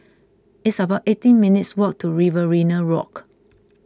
it's about eighteen minutes' walk to Riverina Walk